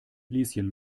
lieschen